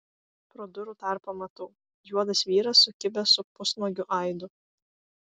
pro durų tarpą matau juodas vyras sukibęs su pusnuogiu aidu